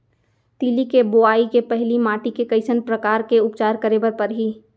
तिलि के बोआई के पहिली माटी के कइसन प्रकार के उपचार करे बर परही?